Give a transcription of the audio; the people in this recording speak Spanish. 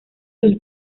sus